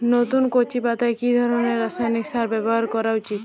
নতুন কচি পাতায় কি ধরণের রাসায়নিক সার ব্যবহার করা উচিৎ?